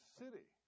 city